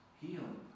healing